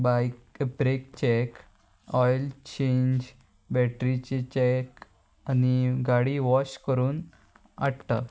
बायक brake check oil change बॅटरीचे check आनी गाडी वॉश करून हाडटा